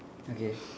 okay